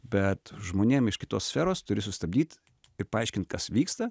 bet žmonėm iš kitos sferos turi sustabdyt ir paaiškint kas vyksta